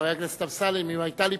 חבר הכנסת אמסלם, אם היתה לי